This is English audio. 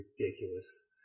ridiculous